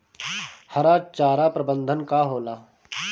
हरा चारा प्रबंधन का होला?